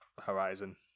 horizon